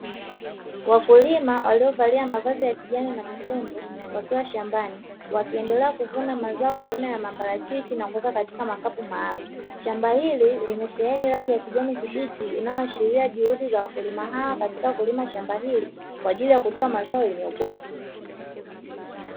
Wakulima waliovalia mavazi ya kijani na nyekundu wakiwa shambani wakiendelea kuvuna mazao aina ya maparachichi na kuweka katika makapu maalumu; shamba hili limesheheni rangi ya kijani kibichi inayoashiria juhudi za wakulima hao katika kulima shamba hili, kwa ajili ya kutoa mazao yenye ubora.